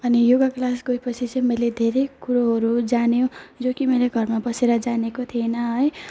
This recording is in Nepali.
अनि योगा क्लास गएपछि चाहिँ मैले धेरै कुरोहरू जानेँ जो कि मैले घरमा बसेर जानेको थिइन है